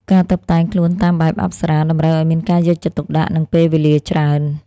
ការតុបតែងខ្លួនតាមបែបអប្សរា តម្រូវឱ្យមានការយកចិត្តទុកដាក់ និងពេលវេលាច្រើន។